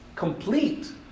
complete